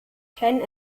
kein